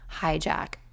hijack